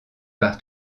par